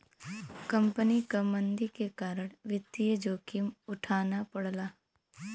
company क मंदी के कारण वित्तीय जोखिम उठाना पड़ला